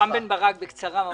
רם בן ברק, בקצרה ממש.